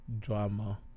drama